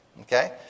Okay